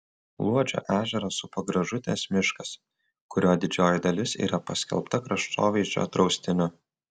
luodžio ežerą supa gražutės miškas kurio didžioji dalis yra paskelbta kraštovaizdžio draustiniu